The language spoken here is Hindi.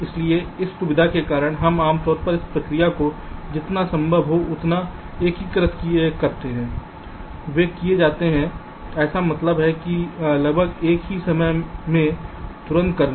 इसलिए इस दुविधा के कारण आम तौर पर इस प्रक्रिया को जितना संभव हो उतना एकीकृत किया जाता है वे किए जाते हैं मेरा मतलब है लगभग एक ही समय में तुरंत करना